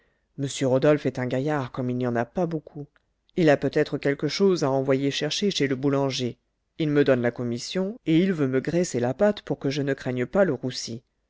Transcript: m rodolphe est un gaillard comme il n'y en a pas beaucoup il a peut-être quelque chose à envoyer chercher chez le boulanger il me donne la commission et il veut me graisser la patte pour que je ne craigne pas le roussi